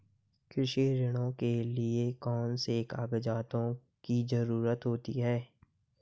कृषि ऋण के लिऐ कौन से कागजातों की जरूरत होती है?